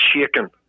shaken